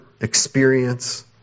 experience